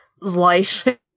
life